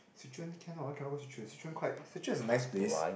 Swee Choon can what why cannot go Swee Choon Swee Choon quite Swee Choon is a nice place